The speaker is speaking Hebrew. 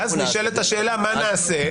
ואז נשאלת השאלה מה נעשה.